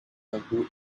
l’impôt